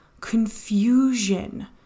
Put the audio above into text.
confusion